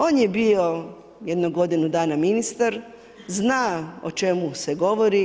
On je bio jedno godinu dana ministar, zna o čemu se govori.